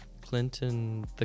Clinton